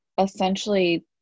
essentially